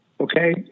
okay